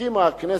הסכימה הכנסת,